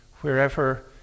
wherever